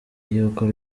y’uko